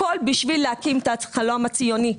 הכול בשביל להגשים את החלום הציוני.